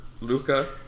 luca